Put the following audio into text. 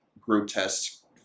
grotesque